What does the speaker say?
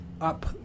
up